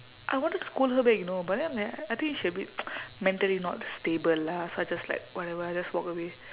I wanted to scold her back you know but then like I think she a bit mentally not stable lah so I just like whatever I just walk away